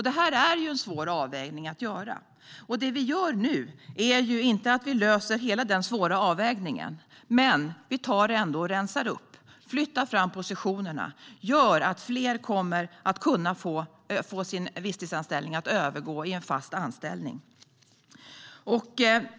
Det här är en svår avvägning att göra. Det vi gör nu är inte att vi löser hela den svåra avvägningen. Men vi tar ändå och rensar upp, flyttar fram positionerna och gör så att fler kommer att kunna få sin visstidsanställning att övergå i en fast anställning.